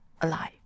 alive